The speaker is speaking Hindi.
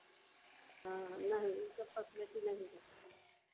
हाँ नहीं यह सब फसिलिटी नहीं है